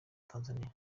tanzaniya